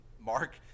mark